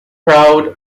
proud